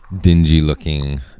dingy-looking